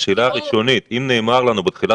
השאלה הראשונית היא: אם נאמר לנו בתחילת